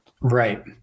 Right